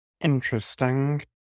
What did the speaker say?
Interesting